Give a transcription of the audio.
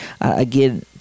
again